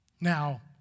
Now